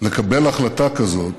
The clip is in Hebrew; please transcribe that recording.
לקבל החלטה כזאת